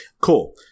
Cool